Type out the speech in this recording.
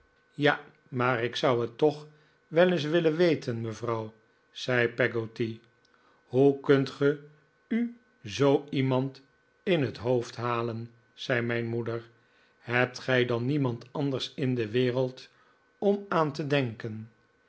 ja maar ik zou t toch wel eens willen weten mevrouw zei peggotty hoe kunt ge u zoo iemand in het hoofd halen zei mijn moeder hebt gij dan niemand anders in de wereld om aan te denken